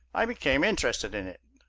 i became interested in it.